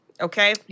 okay